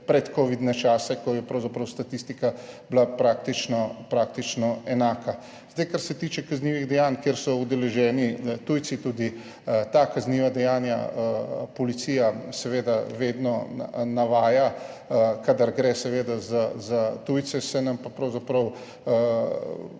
predkovidne čase, ko je bila pravzaprav statistika praktično enaka. Kar se tiče kaznivih dejanj, kjer so udeleženi tujci. Tudi ta kazniva dejanja policija seveda vedno navaja, kadar gre za tujce, se nam pa pravzaprav